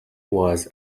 was